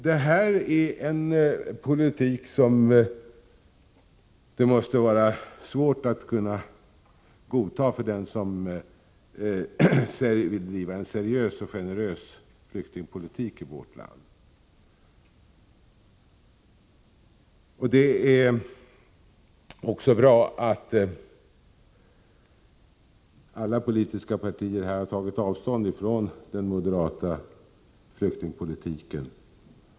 Detta är en politik som det måste vara svårt att godta för den som vill driva en seriös och generös flyktingpolitik i vårt land. Det är bra att alla andra politiska partier i riksdagen har tagit avstånd från den moderata flyktingpolitiken.